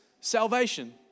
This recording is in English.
salvation